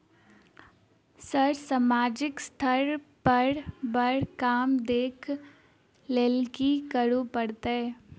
Sir सामाजिक स्तर पर बर काम देख लैलकी करऽ परतै?